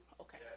Okay